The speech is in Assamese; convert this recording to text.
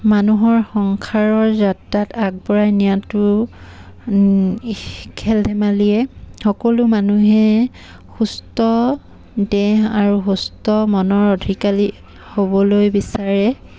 মানুহৰ সংসাৰৰ যাত্ৰাত আগবঢ়াই নিয়াটো খেল ধেমালিয়ে সকলো মানুহে সুস্থ দেহ আৰু সুস্থ মনৰ অধিকাৰী হ'বলৈ বিচাৰে